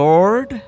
Lord